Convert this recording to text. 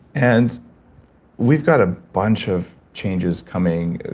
and we've got a bunch of changes coming.